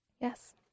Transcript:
Yes